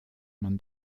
man